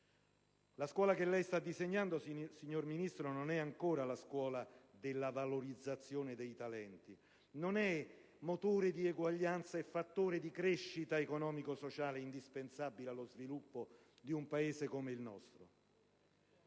La scuola che lei sta disegnando, signora Ministro, non è ancora la scuola della valorizzazione dei talenti, non è motore di eguaglianza e fattore di crescita economico-sociale indispensabile allo sviluppo di un Paese come il nostro.